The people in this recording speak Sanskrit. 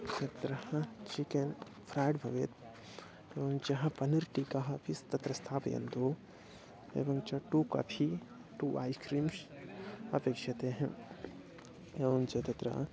तत्र चिकन् फ़्रैड् भवेत् एवञ्चः पनीर् टीकाः अपि स् तत्र स्थापयन्तु एवं च two coffee two ice creams अपेक्षतेः एवं च तत्र